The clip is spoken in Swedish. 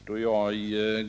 Herr talman!